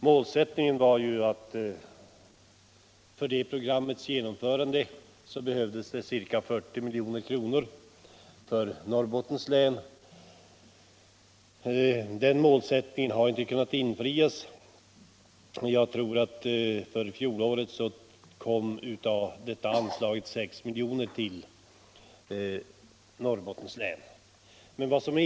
Målsättningen var att det för programmets genomförande behövdes ca 40 milj.kr. för Norrbottens län. Den målsättningen har inte kunnat infrias. Jag tror att Norrbottens län under fjolåret fick 6 milj.kr. av detta anslag.